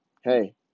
hey